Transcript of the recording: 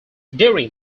during